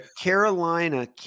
Carolina